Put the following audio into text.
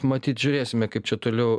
matyt žiūrėsime kaip čia toliau